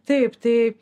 taip tai